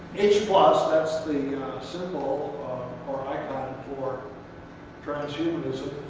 h plus, that's the symbol or icon for transhumanism.